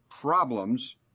problems